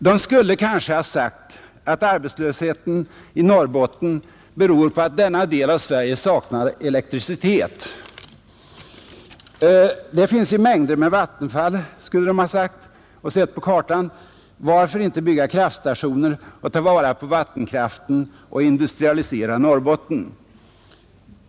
De skulle kanske ha sagt att arbetslösheten i Norrbotten beror på att denna del av Sverige saknar elektricitet. Där finns ju mängder med vattenfall, skulle de ha sagt och sett på kartan. Varför inte bygga kraftstationer och ta vara på vattenkraften och industrialisera Norrbotten?